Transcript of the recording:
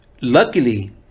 luckily